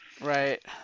right